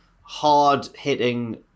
hard-hitting